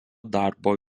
darbo